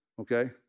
Okay